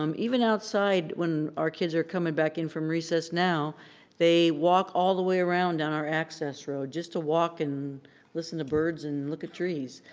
um even outside when our kids are coming back in from recess now they walk all the way around down our access road just to walk and listen to birds and look at trees.